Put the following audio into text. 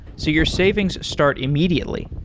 so your savings start immediately.